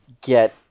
get